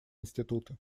института